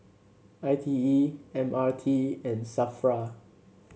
I T E M R T and Safra